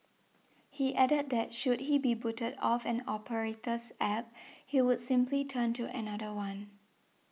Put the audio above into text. he added that should he be booted off an operator's App he would simply turn to another one